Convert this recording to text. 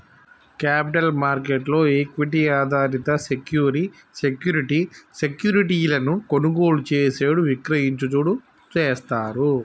capital market లో equity ఆధారిత security security సెక్యూరిటీలను కొనుగోలు చేసేడు విక్రయించుడు చేస్తారు